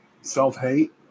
Self-Hate